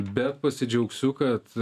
bet pasidžiaugsiu kad